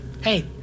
Hey